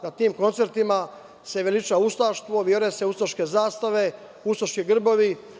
Na tim koncertima se veliča ustaštvo, viore se ustaške zastave, ustaški grbovi.